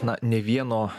na nei vieno